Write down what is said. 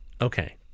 Okay